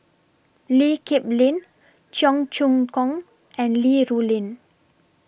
Lee Kip Lin Cheong Choong Kong and Li Rulin